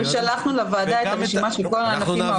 שלחנו לוועדה את רשימת כל הענפים האולימפיים ושאינם אולימפיים.